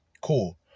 Cool